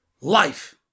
life